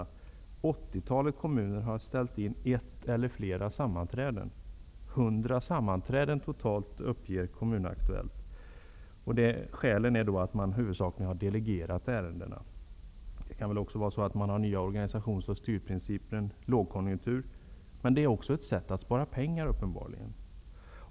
Ca 80 kommuner har ställt in ett eller flera sammanträden, totalt 100 sammanträden enligt Kommunaktuellt. Skälen är att man huvudsakligen har delegerat ärenden. Man kan också ha infört nya organisations och styrprinciper i en lågkonjunktur, vilket uppenbarligen också kan vara ett sätt att spara pengar.